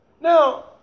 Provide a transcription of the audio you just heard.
Now